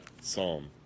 psalm